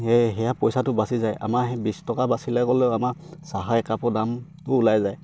সেয়ে সেয়া পইচাটো বাচি যায় আমাৰ সেই বিছ টকা বাচিলে গ'লেও আমাৰ চাহ একাপৰ দামটো ওলাই যায়